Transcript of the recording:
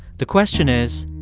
the question is,